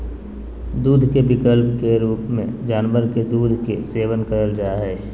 दूध के विकल्प के रूप में जानवर के दूध के सेवन कइल जा हइ